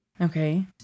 Okay